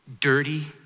Dirty